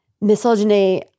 misogyny